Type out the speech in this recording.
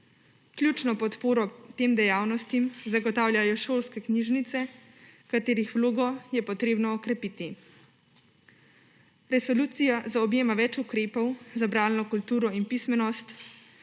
Ključno podporo tem dejavnostim zagotavljajo šolske knjižnice katerih vlogo je potrebno okrepiti. Resolucija zaobjema več ukrepov za bralno kulturo in pismenost,